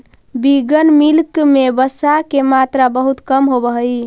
vegan milk में वसा के मात्रा बहुत कम होवऽ हइ